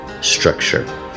structure